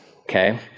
Okay